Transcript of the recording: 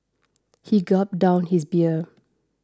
he gulped down his beer